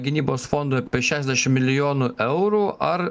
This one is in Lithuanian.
gynybos fondą apie šešiasdešim milijonų eurų ar